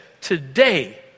today